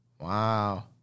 wow